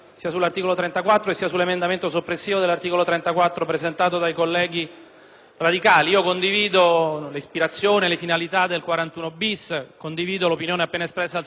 Condivido l'ispirazione e le finalità del 41-*bis* e condivido l'opinione espressa poc'anzi dal senatore D'Ambrosio, cioè che il 41-*bis* non abbia nulla a che fare con il tema della tortura.